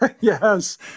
Yes